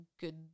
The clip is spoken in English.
good